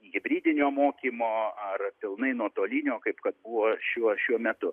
hibridinio mokymo ar pilnai nuotolinio kaip kad buvo šiuo šiuo metu